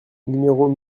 numéros